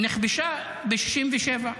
נכבשה ב-67'.